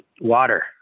water